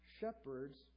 shepherds